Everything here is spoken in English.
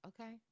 okay